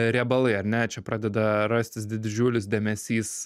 riebalai ar ne čia pradeda rastis didžiulis dėmesys